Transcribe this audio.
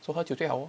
so 喝酒最好 orh